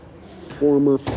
former